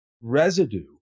residue